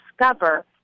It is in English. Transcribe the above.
discover